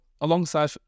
alongside